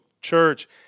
church